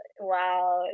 Wow